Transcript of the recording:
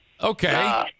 Okay